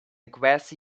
grassy